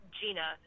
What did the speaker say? Gina